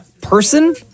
Person